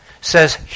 says